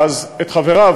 את חבריו,